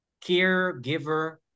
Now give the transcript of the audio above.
caregiver